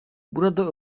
burada